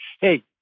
hey